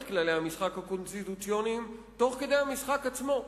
את כללי המשחק הקונסטיטוציוניים תוך כדי המשחק עצמו.